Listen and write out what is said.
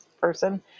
person